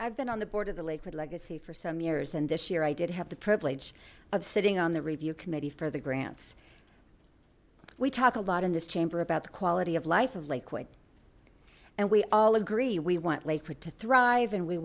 i've been on the board of the lake legacy for seven years and this year i did have the privilege of sitting on the review committee for the granth we talk a lot in this chamber about the quality of life of late quick and we all agree we want laid for to thrive and we